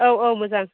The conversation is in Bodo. औ औ मोजां